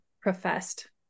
professed